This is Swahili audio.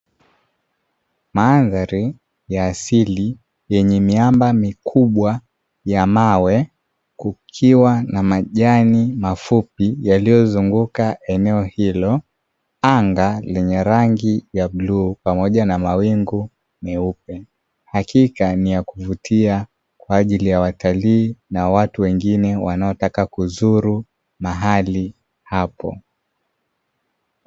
Mandhari ya asili yenye miamba mikubwa ya mawe kukiwa na majani mafupi yaliyozunguka eneo hilo, anga lenye rangi ya bluu pamoja na mawingu meupe. Hakika ni ya kuvutia kwa ajili ya watalii na watu wengine wanaotaka kuzuru mahali hapo.